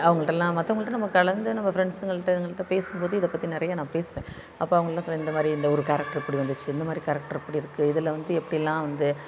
அவங்கள்கிட்ட எல்லாம் மற்றவங்கள்ட்ட நம்ம கலந்து நம்ப ஃப்ரெண்ட்ஸ்ங்கள்கிட்ட இதுங்கள்கிட்ட பேசும் போது இதை பற்றி நிறையா நான் பேசுவேன் அப்போ அவங்க எல்லாம் சொ இந்த மாதிரி இந்த ஒரு கேரெக்டர் இப்படி வந்துச்சு இந்த மாதிரி கேரெக்டர் இப்படி இருக்கு இதில் வந்து எப்படி எல்லாம் வந்து